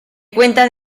cuentan